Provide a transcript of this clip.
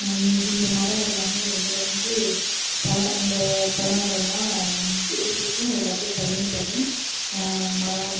இ இந்த மரம் எல்லாமே இதில் வந்து பழம் இந்த பழங்களெல்லாம் எங்கள் வீட்டுக்கும் எல்லாத்துக்கும் பயன்படும் மரம்